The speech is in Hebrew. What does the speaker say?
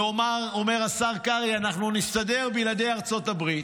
ואומר השר קרעי: אנחנו נסתדר בלעדי ארצות הברית,